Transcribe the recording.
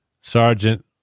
Sergeant